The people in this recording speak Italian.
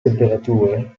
temperature